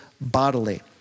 bodily